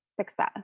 success